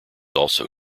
also